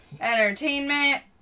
entertainment